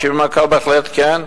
השיב המנכ"ל: בהחלט כן.